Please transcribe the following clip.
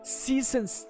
seasons